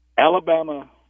Alabama